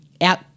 out